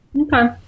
Okay